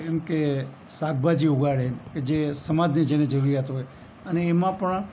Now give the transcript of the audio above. એમ કે શાકભાજી ઉગાડે કે જે સમાજને જેને જરૂરિયાત હોય અને એમાં પણ